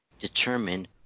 determine